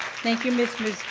thank you, ms.